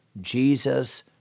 Jesus